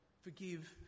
forgive